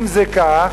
אם זה כך,